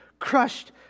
Crushed